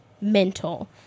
mental